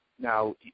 Now